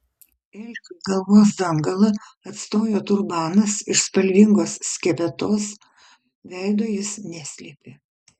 elfui galvos dangalą atstojo turbanas iš spalvingos skepetos veido jis neslėpė